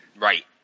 right